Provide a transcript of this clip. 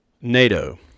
NATO